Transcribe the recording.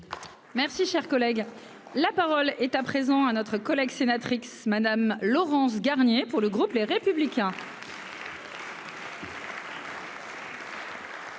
Merci, cher collègue, la parole est à présent à notre collègue sénatrice Madame Laurence Garnier pour le groupe Les Républicains.